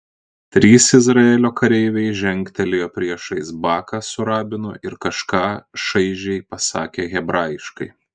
trys izraelio kareiviai žengtelėjo priešais baką su rabinu ir kažką šaižiai pasakė hebrajiškai